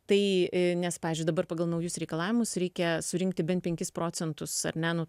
tai nes pavyzdžiui dabar pagal naujus reikalavimus reikia surinkti bent penkis procentus ar ne nu